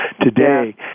today